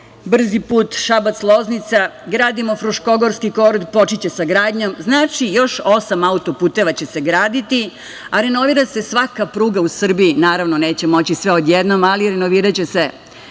brzi put Šabac – Loznica, gradimo Fruškogorski koridor, počeće sa gradnjom. Znači, još osam autoputeva će se graditi, a renovira se svaka pruga u Srbiji. Naravno, neće moći sve odjednom, ali renoviraće se